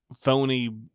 phony